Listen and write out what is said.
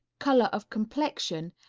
color of complexion,